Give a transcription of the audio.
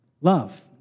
Love